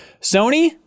Sony